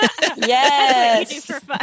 Yes